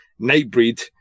Nightbreed